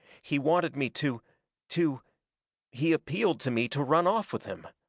he wanted me to to he appealed to me to run off with him.